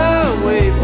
away